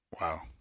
Wow